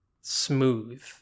smooth